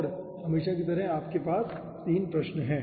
तो हमेशा की तरह आपके पास 3 प्रश्न हैं